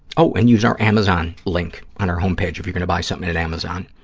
oh, and use our amazon link on our homepage if you're going to buy something at amazon,